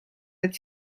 need